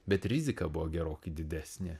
bet rizika buvo gerokai didesnė